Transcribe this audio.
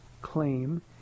claim